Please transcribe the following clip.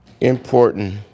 important